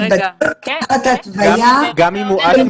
זו התוויה של